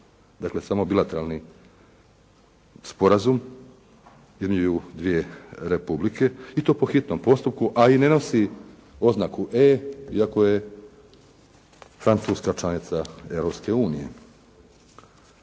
Dakle, samo bilateralni sporazum između dvije republike i to po hitnom postupku, a i ne nosi oznaku E iako je Francuska članica Europske unije.